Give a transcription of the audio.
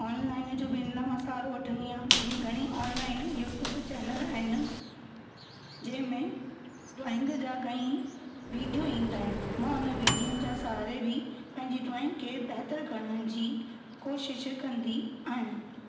online जो बि इन लाइ मां सहारो वठंदी आहियां जीअं घणी ऑनलाइन यूट्यूब चेनल आहिनि जे में ड्रॉईंग जा कई विडियो ईंदा आहिनि मां उन वीडियो जे सहारे बि पंहिंजी ड्रॉईंग खे बहितर करण जी कोशिश कंदी आहियां